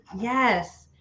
yes